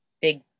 big